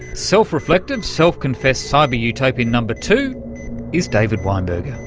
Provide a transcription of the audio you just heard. self-reflective, self-confessed cyber utopian number two is david weinberger.